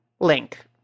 link